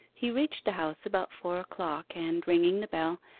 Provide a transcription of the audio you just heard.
he reached the house about four o'clock, and ringing the bell,